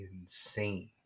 insane